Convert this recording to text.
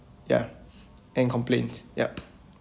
ya and complaint yup